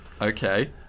Okay